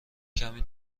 کمی